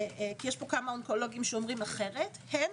כי יש פה כמה אונקולוגים שאומרים אחרת הם